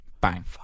Bang